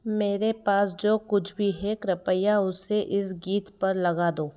मेरे पास जो कुछ भी है कृपया उसे इस गीत पर लगा दो